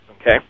okay